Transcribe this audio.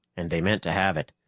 and they meant to have it.